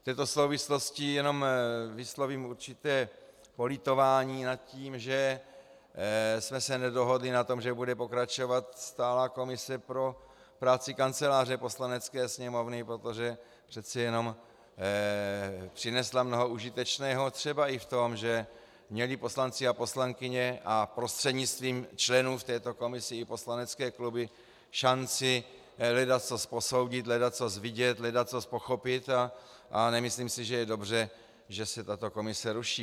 V této souvislosti jenom vyslovím určité politování nad tím, že jsme se nedohodli nad tím, že bude pokračovat stálá komise pro práci Kanceláře Poslanecké sněmovny, protože přece jenom přinesla mnoho užitečného, třeba i v tom, že měli poslanci a poslankyně a prostřednictvím členů v této komisi i poslanecké kluby šanci ledacos posoudit, ledacos vidět, ledacos pochopit, a nemyslím si, že je dobře, že se tato komise ruší.